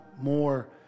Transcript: more